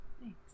Thanks